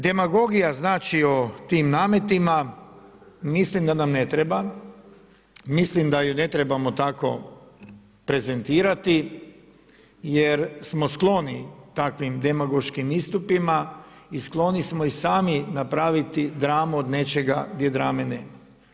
Demagogija o tim nametima, mislim da nam ne treba, mislim da ju ne trebamo tako prezentirati jer smo skloni takvim demagoškim istupima i skloni smo i sami napraviti dramu od nečega gdje drame nema.